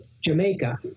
Jamaica